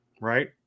right